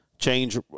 change